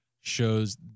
shows